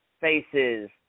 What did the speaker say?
faces